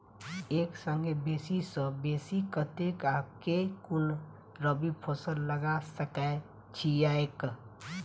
एक संगे बेसी सऽ बेसी कतेक आ केँ कुन रबी फसल लगा सकै छियैक?